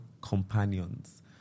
companions